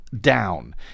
down